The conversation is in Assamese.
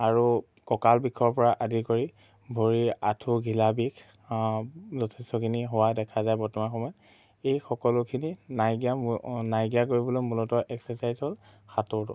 আৰু কঁকাল বিষৰ পৰা আদি কৰি ভৰিৰ আঁঠু ঘিলা বিষ যথেষ্টখিনি হোৱা দেখা যায় বৰ্তমান সময়ত এই সকলোখিনি নাইকিয়া নাইকিয়া কৰিবলৈ মূলতঃ এক্সাৰচাইজ হ'ল সাঁতোৰ